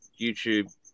youtube